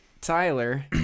Tyler